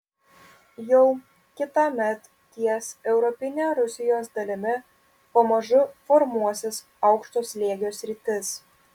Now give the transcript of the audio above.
jau kitąmet ties europine rusijos dalimi pamažu formuosis aukšto slėgio sritis